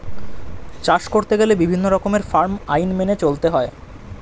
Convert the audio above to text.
চাষ করতে গেলে বিভিন্ন রকমের ফার্ম আইন মেনে চলতে হয়